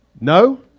No